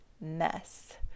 mess